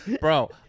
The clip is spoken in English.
bro